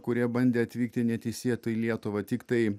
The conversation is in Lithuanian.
kurie bandė atvykti neteisėtai į lietuvą tiktai